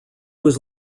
was